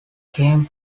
came